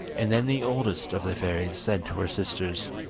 and then the oldest of the fairies said to her sisters